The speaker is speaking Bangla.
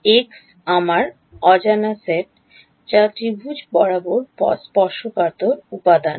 x আমার অজানা সেট যা ত্রিভুজ বরাবর স্পর্শকাতর উপাদান